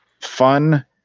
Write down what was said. fun